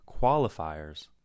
qualifiers